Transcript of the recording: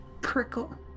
prickle